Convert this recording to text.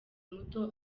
muto